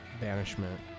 Banishment